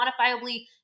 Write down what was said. quantifiably